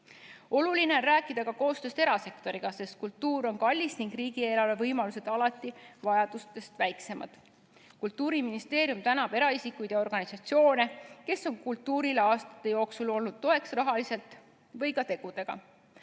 Oluline on rääkida ka koostööst erasektoriga, sest kultuur on kallis ning riigieelarve võimalused alati vajadustest väiksemad. Kultuuriministeerium tänab eraisikuid ja organisatsioone, kes on kultuurile aastate jooksul olnud toeks rahaliselt või ka tegudega.